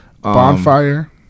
Bonfire